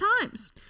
times